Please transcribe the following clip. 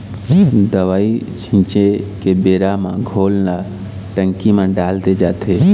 दवई छिंचे के बेरा म घोल ल टंकी म डाल दे जाथे